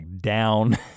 down